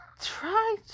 try